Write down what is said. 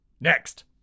next